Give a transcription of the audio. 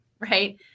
right